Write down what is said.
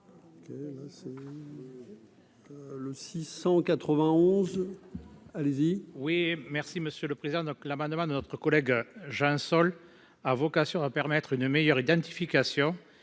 Le 691 allez-y. Oui, merci Monsieur le président, donc l'amendement de notre collègue Jean Sol a vocation à permettre une meilleure identification